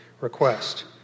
request